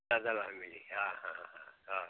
ज़्यादा लाभ मिलेगी हाँ हाँ हाँ